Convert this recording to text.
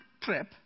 trip